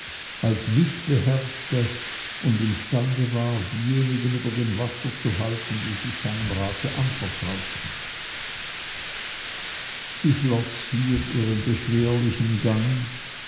als mit beherrschte und imstande war diejenigen über dem wasser zu halten die sich seinem rate anvertrauten sie schloß hier ihren beschwerlichen gang